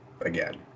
again